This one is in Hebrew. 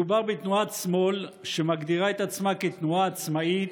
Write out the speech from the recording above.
מדובר בתנועת שמאל שמגדירה את עצמה כתנועה עצמאית,